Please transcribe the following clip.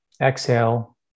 exhale